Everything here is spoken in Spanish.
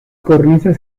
cornisa